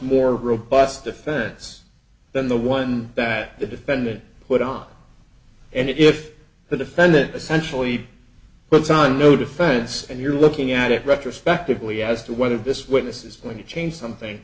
more robust defense than the one that the defendant put on and if the defendant essentially puts on no defense and you're looking at it retrospectively as to whether this witness is going to change something